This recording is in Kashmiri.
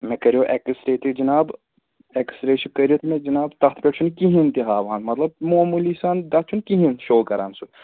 مےٚ کَریو ایٚکٕسرے تہِ جِناب ایٚکٕسرے چھُ کٔرِتھ مےٚ جِناب تَتھ پٮ۪ٹھ چھُنہٕ کِہیٖنٛۍ تہِ ہاوان مطلب معموٗلی سان تَتھ چھُنہٕ کِہیٖنٛۍ شو کَران سُہ